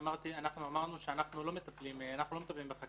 אמרנו שאנחנו לא מטפלים בחקלאים,